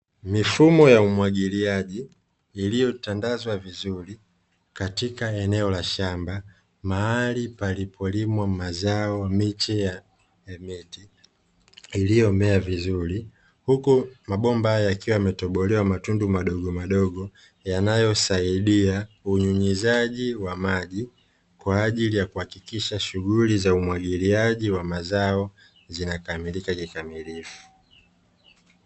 Mifumo ya umwagiliaji iliyotandazwa vizuri katika eneo la shamba mahali palipolimwa mazao miche ya miti iliyomea vizuri, huku mabomba yakiwa yametobolewa matundu madogomadogo yanayosaidia kunyunyizaji wa maji, kwa ajili ya kuhakikisha shughuli za umwagiliaji wa mazao zinakamilika kikamilifu.